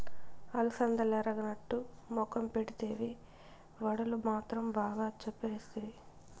అలసందలెరగనట్టు మొఖం పెడితివే, వడలు మాత్రం బాగా చప్పరిస్తివి